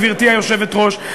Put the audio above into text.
גברתי היושבת-ראש,